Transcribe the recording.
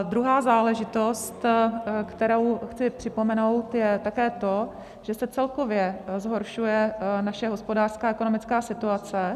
Druhá záležitost, kterou chci připomenout, je také to, že se celkově zhoršuje naše hospodářská, ekonomická situace.